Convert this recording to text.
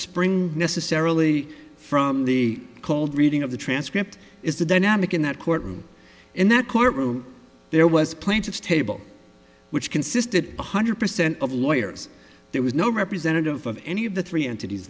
spring necessarily from the cold reading of the transcript is the dynamic in that courtroom in that courtroom there was plaintiff's table which consisted one hundred percent of lawyers there was no representative of any of the three entities